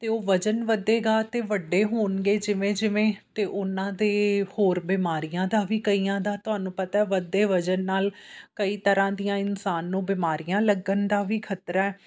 ਅਤੇ ਉਹ ਵਜਨ ਵਧੇਗਾ ਅਤੇ ਵੱਡੇ ਹੋਣਗੇ ਜਿਵੇਂ ਜਿਵੇਂ ਅਤੇ ਉਅ ਦੇ ਹੋਰ ਬਿਮਾਰੀਆਂ ਦਾ ਵੀ ਕਈਆਂ ਦਾ ਤੁਹਾਨੂੰ ਪਤਾ ਵੱਧਦੇ ਵਜਨ ਨਾਲ ਕਈ ਤਰ੍ਹਾਂ ਦੀਆਂ ਇਨਸਾਨ ਨੂੰ ਬਿਮਾਰੀਆਂ ਲੱਗਣ ਦਾ ਵੀ ਖ਼ਤਰਾ